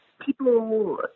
people